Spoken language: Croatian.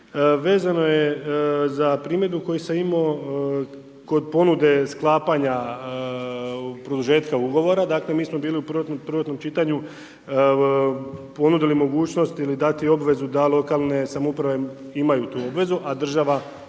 vezano je za primjedbu koju sam imao kod ponude sklapanja produžetka ugovora. Dakle mi smo bili u prvotnom čitanju ponudili mogućnost ili dati obvezu da lokalne samouprave imaju tu obvezu a država nema.